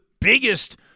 biggest